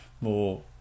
more